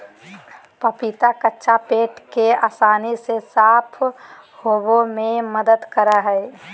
पपीता कच्चा पेट के आसानी से साफ होबे में मदद करा हइ